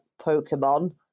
Pokemon